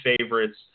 favorites